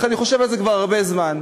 ואני חושב על זה כבר הרבה זמן,